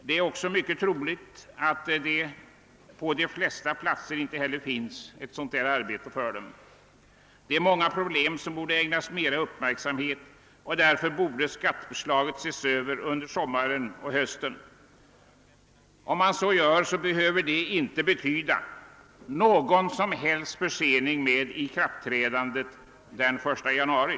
Det är också mycket troligt att det på de flesta orter inte finns arbetstillfällen för dem. Det är alltså många problem som borde ägnas mer uppmärksamhet, och därför borde skatteförslaget ses över under sommaren och hösten. Om man gör så, behöver det inte betyda någon som helst försening av ikraftträdandet den 1 januari.